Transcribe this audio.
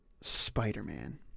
Spider-Man